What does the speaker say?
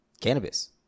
cannabis